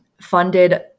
funded